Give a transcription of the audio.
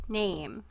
name